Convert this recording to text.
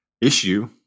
issue